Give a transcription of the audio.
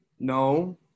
No